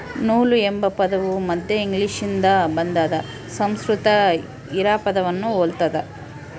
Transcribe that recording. ನೂಲು ಎಂಬ ಪದವು ಮಧ್ಯ ಇಂಗ್ಲಿಷ್ನಿಂದ ಬಂದಾದ ಸಂಸ್ಕೃತ ಹಿರಾ ಪದವನ್ನು ಹೊಲ್ತದ